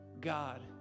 God